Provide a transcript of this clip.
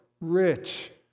rich